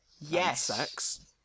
Yes